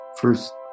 first